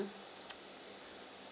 um